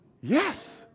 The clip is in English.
Yes